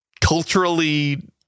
culturally